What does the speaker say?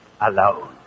alone